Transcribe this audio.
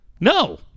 No